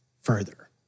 further